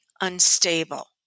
unstable